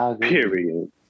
Period